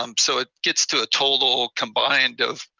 um so it gets to a total combined of